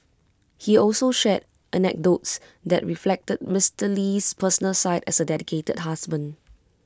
he also shared anecdotes that reflected Mister Lee's personal side as A dedicated husband